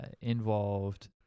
involved